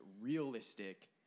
realistic